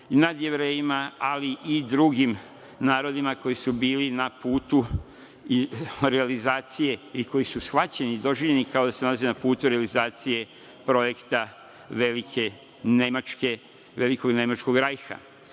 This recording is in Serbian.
nad Jevrejima, ali i drugim narodima koji su bili na putu realizacije i koji su shvaćeni, doživljeni kao da se nalaze na putu realizacije projekta velike Nemačke, velikog Nemačkog Rajha.